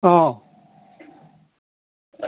অ